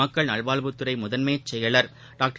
மக்கள் நல்வாழ்வுத்துறை முதன்மைச் செயலர் டாக்டர்